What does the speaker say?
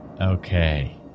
Okay